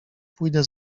pójdę